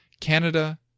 Canada